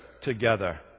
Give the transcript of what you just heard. together